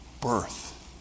birth